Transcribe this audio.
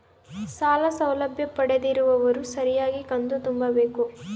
ಸಾಲ ಸೌಲಭ್ಯ ಪಡೆದಿರುವವರು ಸರಿಯಾಗಿ ಕಂತು ತುಂಬಬೇಕು?